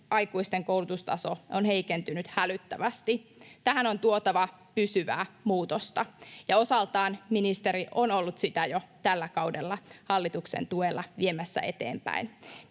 aikuisten koulutustaso on heikentynyt hälyttävästi. Tähän on tuotava pysyvää muutosta, ja osaltaan ministeri on ollut sitä jo tällä kaudella hallituksen tuella viemässä eteenpäin.